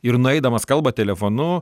ir nueidamas kalba telefonu